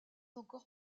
encore